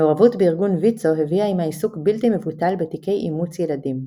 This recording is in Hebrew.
המעורבות בארגון ויצו הביאה עמה עיסוק בלתי מבוטל בתיקי אימוץ ילדים.